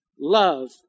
love